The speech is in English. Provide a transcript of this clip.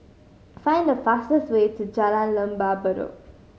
find the fastest way to Jalan Lembah Bedok